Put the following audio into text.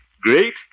Great